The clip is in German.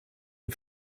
den